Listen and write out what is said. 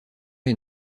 les